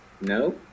no